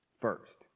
First